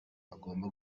agomba